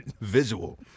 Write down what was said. visual